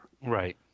Right